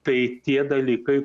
tai tie dalykai